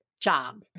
job